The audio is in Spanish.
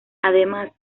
además